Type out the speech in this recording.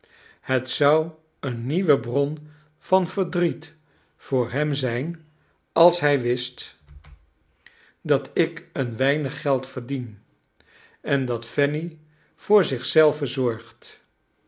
het zou een nieuwe bron van verdriet voor hem zijn als hij wist dat ik een weinig geld verdien en dat fanny voor zich zelve zorgt